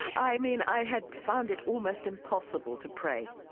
i mean, i had found it almost impossible to pray,